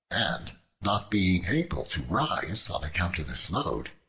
and not being able to rise on account of his load,